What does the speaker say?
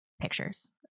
pictures